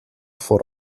vor